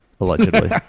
allegedly